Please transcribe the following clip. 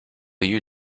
you